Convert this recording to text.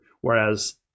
Whereas